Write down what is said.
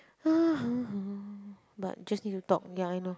but just need to talk ya I know